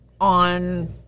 on